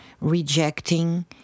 rejecting